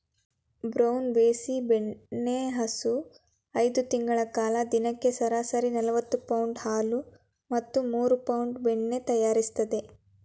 brown Bessie ಬೆಣ್ಣೆಹಸು ಐದು ತಿಂಗಳ ಕಾಲ ದಿನಕ್ಕೆ ಸರಾಸರಿ ನಲವತ್ತು ಪೌಂಡ್ ಹಾಲು ಮತ್ತು ಮೂರು ಪೌಂಡ್ ಬೆಣ್ಣೆ ತಯಾರಿಸ್ತದೆ